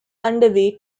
underway